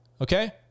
Okay